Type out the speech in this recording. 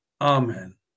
Amen